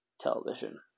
television